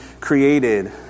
created